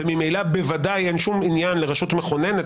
וממילא בוודאי אין שום עניין לרשות מכוננת